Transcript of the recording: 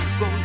go